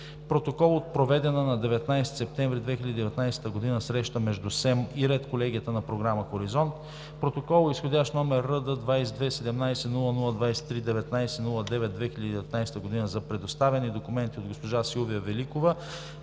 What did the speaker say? Протокол от проведена на 19.09.2019 г. среща между СЕМ и Редколегията на програма „Хоризонт“. 18. Протокол изх. № РД-22 17-00-23/19.09.2019 г. за предоставени документи от госпожа Силвия Великова